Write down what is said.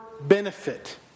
benefit